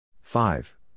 Five